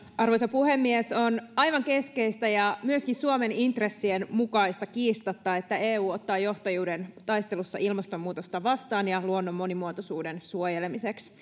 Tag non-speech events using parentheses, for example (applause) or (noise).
arvoisa puhemies on kiistatta aivan keskeistä ja myöskin suomen intressien mukaista että eu ottaa johtajuuden taistelussa ilmastonmuutosta vastaan ja luonnon monimuotoisuuden suojelemiseksi (unintelligible)